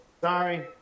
Sorry